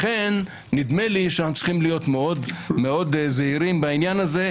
לכן נדמה לי שאנחנו צריכים להיות מאוד זהירים בעניין הזה,